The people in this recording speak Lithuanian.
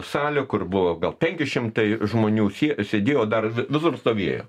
salę kur buvo gal penki šimtai žmonių sėdėjo dar visur stovėjo